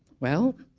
well,